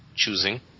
Choosing